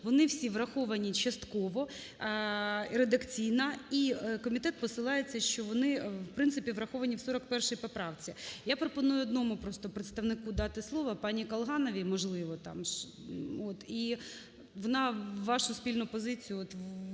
вони всі враховані частково і редакційно, і комітет посилається, що вони, в принципі, враховані в 41 поправці. Я пропоную одному просто представнику дати слово, пані Колгановій, можливо, там, от і вона вашу спільну позицію